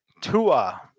Tua